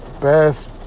best